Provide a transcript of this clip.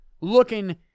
looking